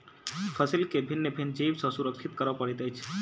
फसील के भिन्न भिन्न जीव सॅ सुरक्षित करअ पड़ैत अछि